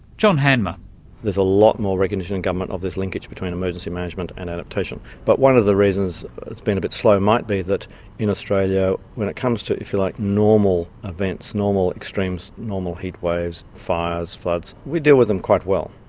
ah there's a lot more recognition in government of this linkage between emergency management and adaptation, but one of the reasons it's been a bit slow might be that in australia when it comes to, if you like, normal events, normal extremes, normal heatwaves, fires, floods, we deal with them quite well.